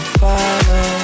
follow